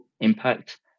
impact